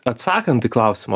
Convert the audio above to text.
atsakant į klausimą